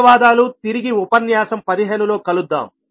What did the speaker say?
ధన్యవాదాలు తిరిగి ఉపన్యాసం 15 లో కలుద్దాం